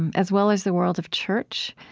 and as well as the world of church,